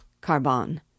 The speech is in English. Carbon